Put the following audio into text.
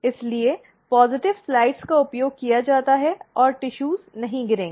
इसलिए positive slide का उपयोग किया जाता है और ऊतक नहीं गिरेंगे